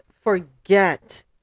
forget